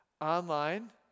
online